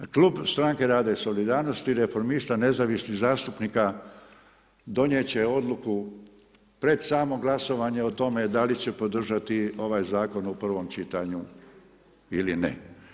Klub Stranke rada i solidarnosti, reformista, nezavisnih zastupnika donijeti će odluku pred samo glasovanje o tome, da i će podržati ovaj zakonu prvom čitanju ili ne.